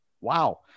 Wow